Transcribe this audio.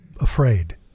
afraid